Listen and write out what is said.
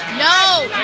no,